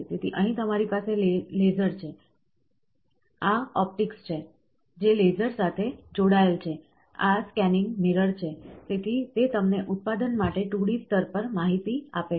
તેથી અહીં તમારી પાસે લેસર છે આ ઓપ્ટિક્સ છે જે લેસર સાથે જોડાયેલ છે આ સ્કેનિંગ મિરર છે તેથી તે તમને ઉત્પાદન માટે 2D સ્તર પર માહિતી આપે છે